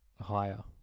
higher